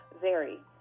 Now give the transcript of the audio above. vary